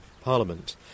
Parliament